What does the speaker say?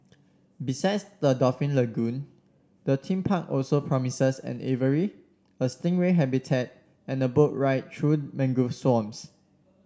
besides the dolphin lagoon the theme park also promises an aviary a stingray habitat and boat ride through mangrove swamps